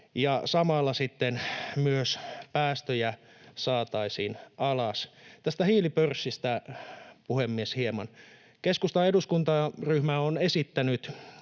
sitten myös päästöjä saataisiin alas. Tästä hiilipörssistä, puhemies, hieman. Keskustan eduskuntaryhmä on esittänyt